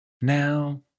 now